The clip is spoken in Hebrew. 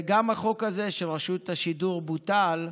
החוק הזה של רשות השידור בוטל,